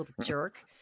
jerk